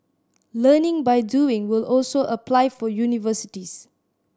learning by doing will also apply for universities